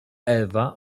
ewa